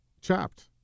Chopped